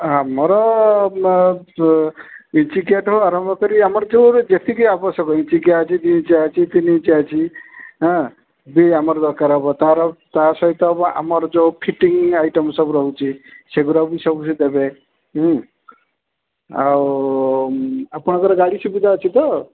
ଆମର ଇଞ୍ଚିକିଆଠୁ ଆରମ୍ଭ କରି ଆମର ଯେଉଁ ଏବେ ଯେତିକି ଆବଶ୍ୟକ ଇଞ୍ଚିକିଆ ଅଛି ଦୁଇ ଇଞ୍ଚିଆ ଅଛି ତିନି ଇଞ୍ଚିଆ ଅଛି ହଁ ଯଦି ଆମର ଦରକାର ହେବ ତା'ର ତା ସହିତ ହେବ ଆମର ଯେଉଁ ଫିଟିଂ ଆଇଟମ୍ ସବୁ ରହୁଛି ସେ ଗୁଡ଼ାକ ସବୁ ସେ ଦେବେ ଆଉ ଆପଣଙ୍କର ଗାଡ଼ି ସୁବିଧା ଅଛି ତ